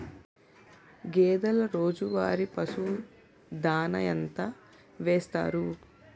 గేదెల రోజువారి పశువు దాణాఎంత వేస్తారు?